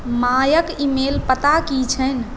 मायक email पता की छनि